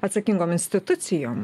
atsakingom institucijom